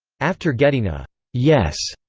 after getting a yes,